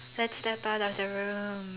let's step out of the room